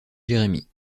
jérémie